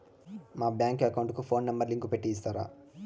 మా bank account కు phone number link పెట్టి ఇస్తారా?